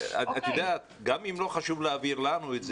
גם אם לא חשוב להעביר את זה לנו,